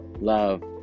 love